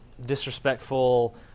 disrespectful